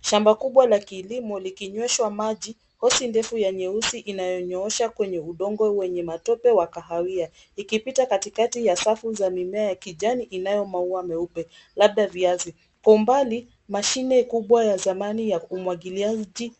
Shamba kubwa la kilimo likinyweshwa maji. Hosi ndefu ya nyeusi inayonyooshwa kwenye udongo wenye matope wa kahawia ikipita katikati ya safu za mimea ya kijani inayo maua meupe, labda viazi. Kwa umbali, mashine kubwa ya zamani ya umwagiliaji